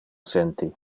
senti